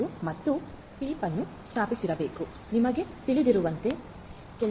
1 ಮತ್ತು ಪಿಪ್ ಅನ್ನು ಸ್ಥಾಪಿಸಿರಬೇಕು ನಿಮಗೆ ತಿಳಿದಿರುವಂತೆ ಕೆಲವು ಸ್ಥಾಪನೆಗಳನ್ನು ಮಾಡಬೇಕಾಗುತ್ತದೆ